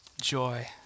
Joy